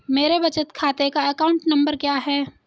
मेरे बचत खाते का अकाउंट नंबर क्या है?